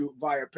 via